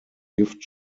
gift